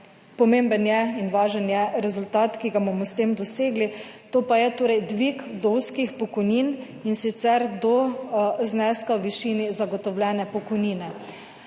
pomemben je in važen je rezultat, ki ga bomo s tem dosegli. To pa je torej dvig do vdovskih pokojnin in sicer do zneska v višini zagotovljene pokojnine.